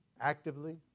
actively